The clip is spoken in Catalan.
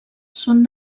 són